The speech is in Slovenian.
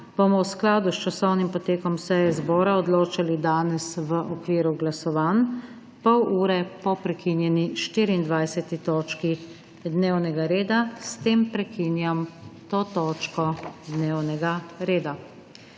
bomo v skladu s časovnim potekom seje zbora odločali danes v okviru glasovanj pol ure po prekinjeni 19. točki dnevnega reda. S tem prekinjam to točko dnevnega reda.